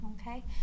Okay